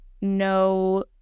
no